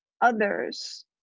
Others